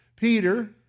Peter